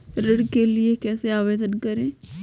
ऋण के लिए कैसे आवेदन करें?